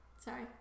Sorry